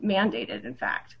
mandated in fact